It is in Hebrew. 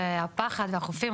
והפחד והחופים.